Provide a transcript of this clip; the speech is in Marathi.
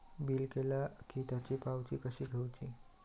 बिल केला की त्याची पावती कशी घेऊची?